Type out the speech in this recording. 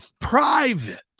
private